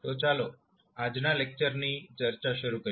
તો ચાલો આજના લેક્ચરની ચર્ચા શરૂ કરીએ